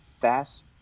fast